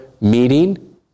meeting